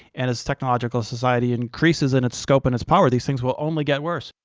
and as technological society increases in its scope and its power these things will only get worse.